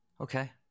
okay